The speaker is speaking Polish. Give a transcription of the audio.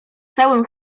całem